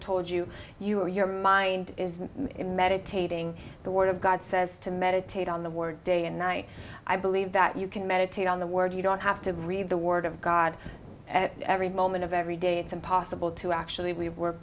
told you you or your mind is in meditating the word of god says to meditate on the word day and night i believe that you can meditate on the word you don't have to read the word of god at every moment of every day it's impossible to actually we were